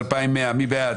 מי בעד?